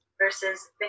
versus